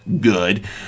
good